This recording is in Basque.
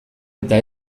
eta